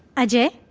ajay,